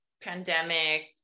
pandemic